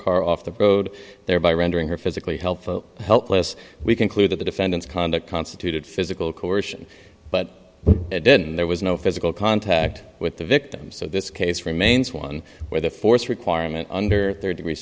car off the road thereby rendering her physically healthy helpless we conclude that the defendant's conduct constituted physical coercion but it did and there was no physical contact with the victim so this case remains one where the force requirement under their degree